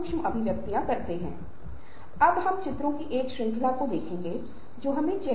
और अगर ग्राहक संतुष्ट नहीं हैं तो प्रतिकूल होगा वे उस उत्पाद या सेवाओं को नहीं खरीदेंगे जो हम प्रदान करते हैं